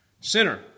Sinner